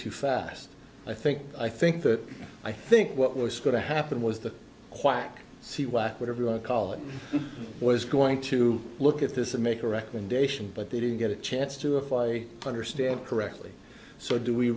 too fast i think i think that i think what was going to happen was the quack see whack what everyone call it was going to look at this and make a recommendation but they didn't get a chance to if i understand correctly so do we